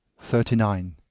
thirty nine.